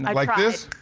like this?